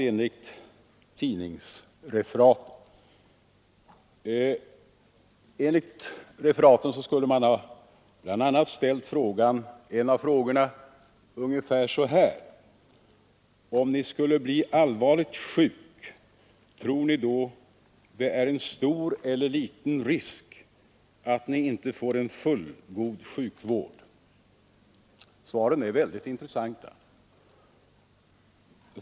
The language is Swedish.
Enligt tidningsreferaten skulle man bl.a. ha mm Mm. ställt en av frågorna ungefär så här: Om Ni skulle bli allvarligt sjuk, tror Ni då det är en stor elller liten risk att Ni inte får en fullgod sjukvård? Svaren är mycket intressanta.